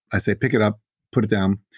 i say, pick it up. put it down.